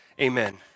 Amen